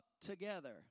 together